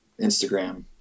instagram